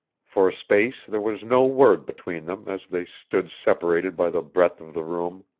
for a space there was no word between them as they stood separated by the breadth of the room,